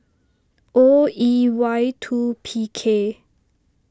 O E Y two P K